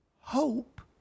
hope